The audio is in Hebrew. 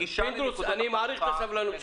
פינדרוס, אני מעריך את הסבלנות שלך.